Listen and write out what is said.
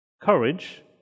Courage